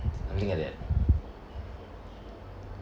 something like that